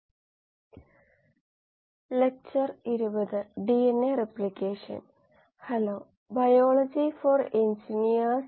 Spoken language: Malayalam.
പ്രഭാഷണം 20ലേക്ക് സ്വാഗതം ഇത് ബയോ റിയാക്ടറുകളെക്കുറിച്ചുള്ള എൻപിടിഇഎൽ ഓൺലൈൻ സർട്ടിഫിക്കേഷൻ കോഴ്സ്